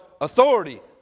authority